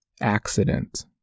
accident